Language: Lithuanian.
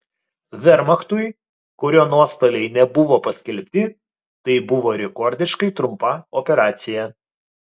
vermachtui kurio nuostoliai nebuvo paskelbti tai buvo rekordiškai trumpa operacija